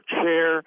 chair